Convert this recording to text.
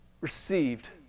received